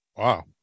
Wow